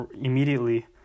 immediately